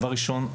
דבר ראשון,